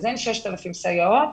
אין 6,000 סייעות,